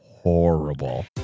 horrible